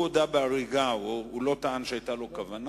הוא הודה בהריגה, הוא לא טען שהיתה לו כוונה.